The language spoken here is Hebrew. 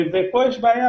ופה יש בעיה,